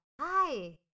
Hi